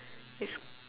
is